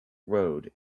road